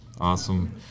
Awesome